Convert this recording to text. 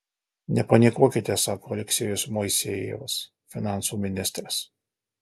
nepanikuokite sako aleksejus moisejevas finansų ministras